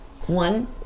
One